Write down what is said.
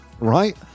right